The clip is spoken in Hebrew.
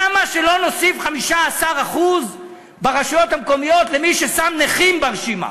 למה שלא נוסיף 15% ברשויות המקומיות למי ששם נכים ברשימה?